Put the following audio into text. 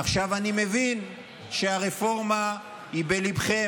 עכשיו, אני מבין שהרפורמה היא בליבכם.